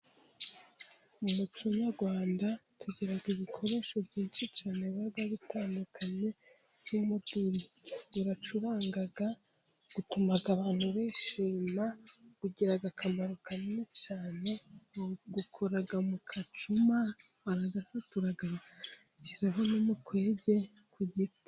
Mu muco Nyarwanda tugira ibikoresho byinshi cyane biba bitandukanye nk'umuduri. Uracuranga , utuma abantu bishima , ugira akamaro kanini cyane, bawukora mu gacuma , baragasatura , bagashyiraho n'umukwege ku giti.